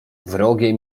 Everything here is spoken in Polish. wrogie